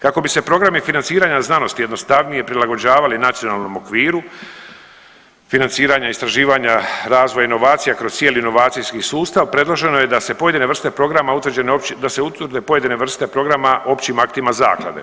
Kako bi se programi financiranja znanosti jednostavnije prilagođavali nacionalnom okviru financiranja, istraživanja i razvoj inovacija kroz cijeli inovacijski sustav predloženo je da se pojedine vrste programa utvrđene općim, da se utvrde pojedine vrste programa općim aktima zaklade.